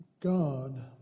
God